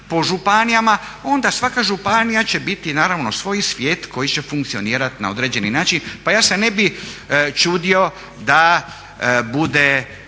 po županijama onda svaka županija će biti naravno svoj svijet koji će funkcionirati na određeni način. Pa ja se ne bi čudio da bude